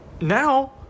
Now